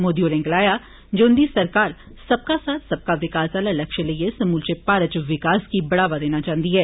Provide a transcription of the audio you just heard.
मोदी होरें गलाया जे उंदी सरकार ''सबका साथ सबका विकास'' आला लक्ष्य लेइयै समूलचे भारत च विकास गी बढ़ावा देना चाहंदी ऐ